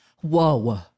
Whoa